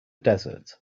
desert